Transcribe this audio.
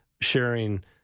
sharing